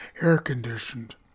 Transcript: air-conditioned